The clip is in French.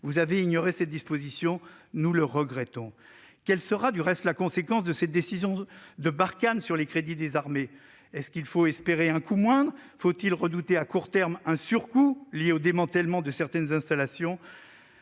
totalement ignoré cette disposition- nous le regrettons. Quelle sera la conséquence de la fin de l'opération Barkhane sur les crédits des armées ? Faut-il espérer un coût moindre ? Faut-il redouter à court terme un surcoût lié au démantèlement de certaines installations ?